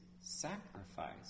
sacrifice